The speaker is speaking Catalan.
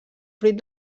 fruit